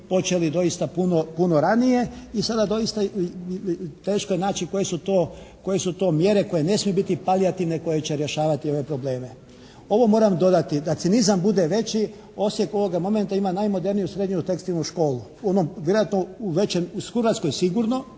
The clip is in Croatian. počeli doista puno ranije i sada doista teško je naći koje su to mjere koje ne smiju biti palijativne koje će rješavati ove probleme. Ovo moram dodati. Da cinizam bude veći Osijek ovoga momenta ima najmoderniju srednju tekstilnu školu. U onom, vjerojatno u većem, u Hrvatskoj sigurno.